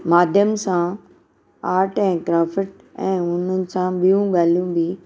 माध्यम सां आर्ट ऐं क्राफट ऐं हुन सां ॿियूं ॻाल्हियूं बि